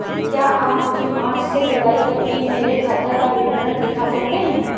क्या आप मुझे मार्च से जूलाई तक की मेरे खाता का विवरण दिखा सकते हैं?